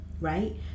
right